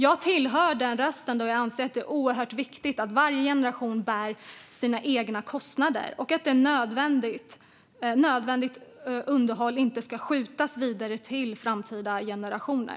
Jag tillhör den röst som anser att det är oerhört viktigt att varje generation bär sina egna kostnader och att nödvändigt underhåll inte ska skjutas vidare till framtida generationer.